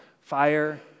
fire